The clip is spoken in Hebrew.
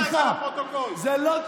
שאורבך יחלק אותם לחברים שלו בגרעינים.